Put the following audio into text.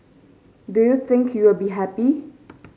do you think you will be happy